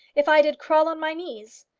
if i did crawl on my knees.